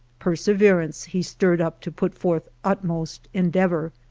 perseverence he stirred up to put forth utmost endeavor.